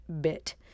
bit